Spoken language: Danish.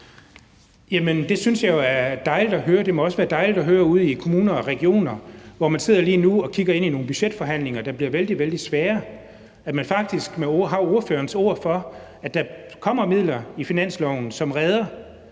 Det synes jeg jo er dejligt at høre, og det må også være dejligt at høre ude i kommuner og regioner, hvor man lige nu sidder og kigger ind i nogle budgetforhandlinger, der bliver vældig svære, altså at man faktisk har ordførerens ord for, at der kommer midler i finansloven, som gør,